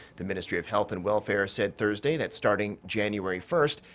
the ministry of health and welfare said thursday that, starting january first,